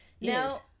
Now